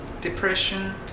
depression